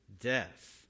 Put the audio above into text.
death